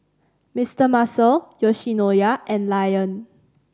Mister Muscle Yoshinoya and Lion